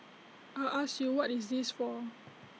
I ask you what is this for